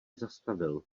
zastavil